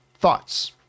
thoughts